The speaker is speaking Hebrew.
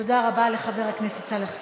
תודה רבה לחבר הכנסת סאלח סעד,